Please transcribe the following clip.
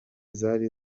zari